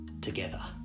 together